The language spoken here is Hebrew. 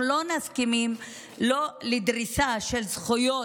אנחנו לא מסכימים לדריסה של זכויות